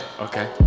Okay